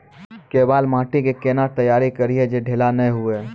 केवाल माटी के कैना तैयारी करिए जे ढेला नैय हुए?